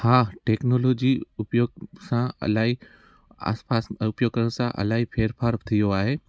हा टेक्नोलॉजी उपयोगु सां इलाही आसपास उपयोगु करण सां इलाही फेर फाड़ थी वियो आहे